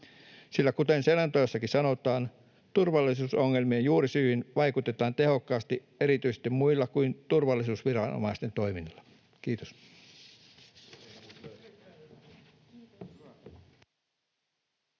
sillä kuten selonteossakin sanotaan, turvallisuusongelmien juurisyihin vaikutetaan tehokkaasti erityisesti muulla kuin turvallisuusviranomaisten toiminnalla. — Kiitos.